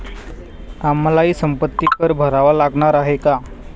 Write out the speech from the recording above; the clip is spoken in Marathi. आम्हालाही संपत्ती कर भरावा लागणार आहे का?